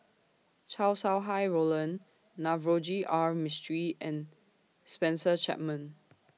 Chow Sau Hai Roland Navroji R Mistri and Spencer Chapman